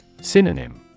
Synonym